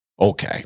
Okay